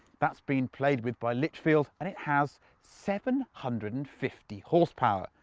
that's been played with by litchfield, and it has seven hundred and fifty horsepower.